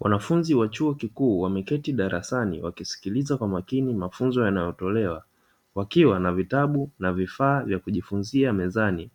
Wanafunzi wa chuo kikuu wameketi darasani wakisikiliza kwa makini mafunzo yanayotolewa, wakiwa na vitabu na vifaa vya kujifunzia mezani,